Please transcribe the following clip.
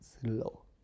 slow